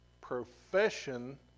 profession